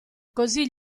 così